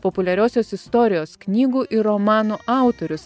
populiariosios istorijos knygų ir romanų autorius